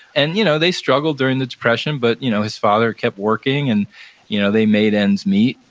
and you know they struggled during the depression, but you know his father kept working and you know they made ends meet.